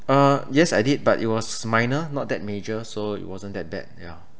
uh yes I did but it was minor not that major so it wasn't that bad yeah